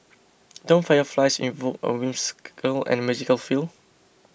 don't fireflies invoke a whimsical and magical feel